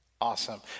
Awesome